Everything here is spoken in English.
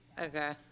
Okay